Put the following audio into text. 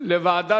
ודלק)